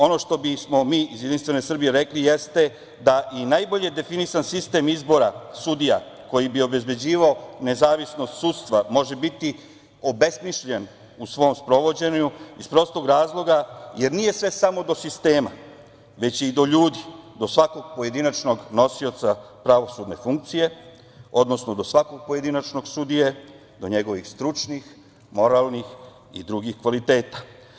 Ono što bismo mi iz Jedinstvene Srbije rekli jeste da i najbolje definisan sistem izbora sudija, koji bi obezbeđivao nezavisnost sudstva, može biti obesmišljen u svom sprovođenju, iz prostog razloga jer nije sve samo do sistema, već je i do ljudi, do svakog pojedinačnog nosioca pravosudne funkcije, odnosno do svakog pojedinačnog sudije, do njegovih stručnih, moralnih i drugih kvaliteta.